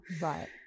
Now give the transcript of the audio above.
Right